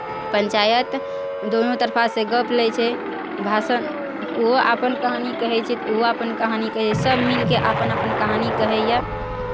पञ्चायत दुनू तरफासँ गप्प लै छै भाषण ओहो अपन कहानी कहै छै तऽ ओहो अपन कहानी कहै छै सभ मिलि कऽ अपन अपन कहानी कहैए